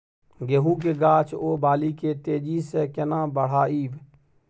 गेहूं के गाछ ओ बाली के तेजी से केना बढ़ाइब?